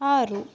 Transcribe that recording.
ಆರು